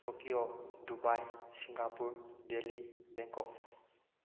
Tokyo Dubai Singapore Delhi Bangkok